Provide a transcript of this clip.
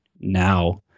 now